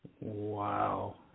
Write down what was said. Wow